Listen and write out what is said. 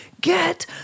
get